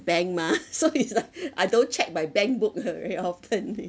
bank mah so it's like I don't check my bank book uh very often leh